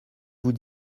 vous